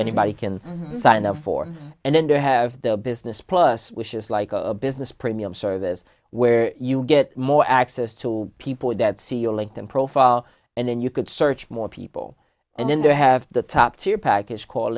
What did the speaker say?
anybody can sign up for and then they have the business plus which is like a business premium service where you get more access to people that see your linked in profile and then you could search more people and then they have the top tier packets call